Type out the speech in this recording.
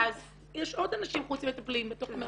יש עוד אנשים חוץ ממטפלים בתוך המערכת.